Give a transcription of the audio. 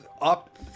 up